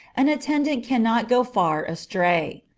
an attendant cannot go far astray.